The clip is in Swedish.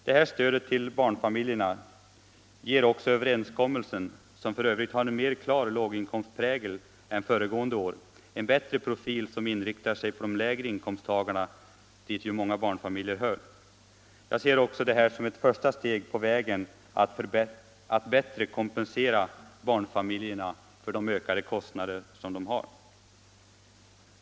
Detta stöd till barnfamiljerna ger också överenskommelsen, vilken f. ö. har en mer klar låginkomstprägel än föregående år, en bättre profil som inriktar sig på de lägre inkomsttagarna, dit ju många barnfamiljer hör. Jag ser också det här som ett första steg på vägen mot att bättre kompensera barnfamiljerna för de ökade kostnader som de har.